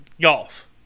Golf